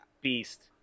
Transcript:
beast